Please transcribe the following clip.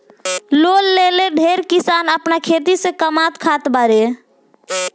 loan लेके ढेरे किसान आपन खेती से कामात खात बाड़े